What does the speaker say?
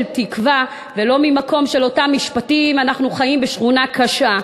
תקווה ולא ממקום של אותם משפטים כמו "אנחנו חיים בשכונה קשה".